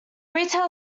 retail